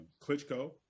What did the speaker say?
Klitschko